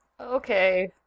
Okay